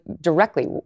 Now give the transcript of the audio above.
directly